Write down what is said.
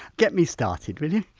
get me started, will you?